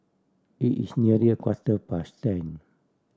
it is nearly a quarter past ten